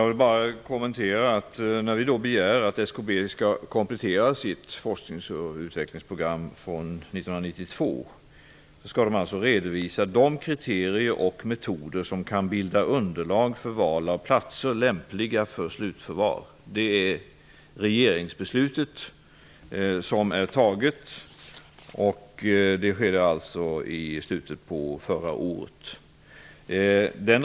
Fru talman! När vi begär att SKB skall komplettera sitt forsknings och utvecklingsprogram från 1992, skall de redovisa de kriterier och metoder som kan bilda underlag för val av lämpliga platser för slutförvar. Det är regeringsbeslutet. Beslutet fattades i slutet av förra året.